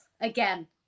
again